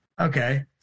Okay